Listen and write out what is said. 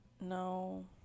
No